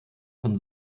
von